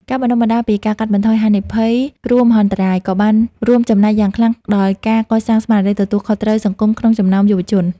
ការបណ្ដុះបណ្ដាលពី ការកាត់បន្ថយហានិភ័យគ្រោះមហន្តរាយ ក៏បានរួមចំណែកយ៉ាងខ្លាំងដល់ការកសាងស្មារតីទទួលខុសត្រូវសង្គមក្នុងចំណោមយុវជន។